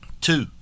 Two